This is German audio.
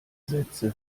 sätze